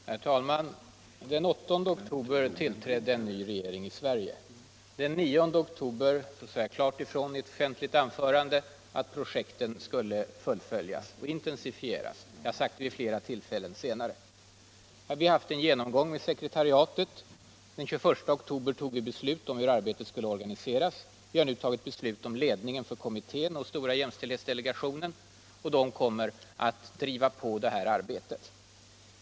Herr talman! Den 8 oktober tillträdde en ny regering i Sverige. Den 9 oktober sade jag klart ifrån i ett offentligt anförande att projekten skulle fullföljas och intensifieras. Jag har sagt det vid flera tillfällen senare. Vi har haft en genomgång med sekretariatet. Den 21 oktober fattade vi beslut om hur arbetet skulle organiseras. Vi har nu fattat beslut om ledningen för kommittén och stora jämställdhetsdelegationen, och de kommer att driva på det här arbetet.